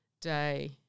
day